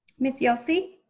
miss yelsey?